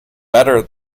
better